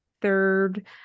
third